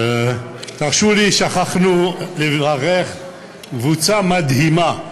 תרשו לי, שכחנו לברך קבוצה מדהימה,